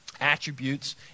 attributes